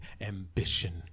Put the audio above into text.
ambition